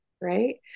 right